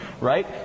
right